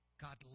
God